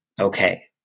okay